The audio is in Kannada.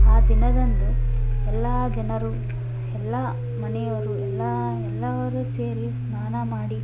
ಆ ದಿನದಂದು ಎಲ್ಲ ಜನರು ಎಲ್ಲ ಮನೆಯವರು ಎಲ್ಲ ಎಲ್ಲವರೂ ಸೇರಿ ಸ್ನಾನ ಮಾಡಿ